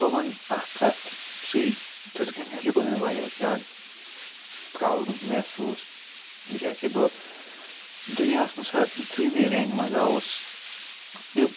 بہٕ وَنہٕ اَکھ کَتھ سُے تِتھ کٔنۍ ہاسے کوٚر مےٚ واریاہ زیادٕ پرٛاوُڈ محسوٗس یُتھُے ہاسے بہٕ دُنیاہَس منٛز دۄیمہِ رینٛک منٛز آوُس یہِ